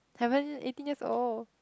haven't eighteen years old